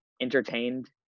entertained